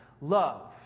love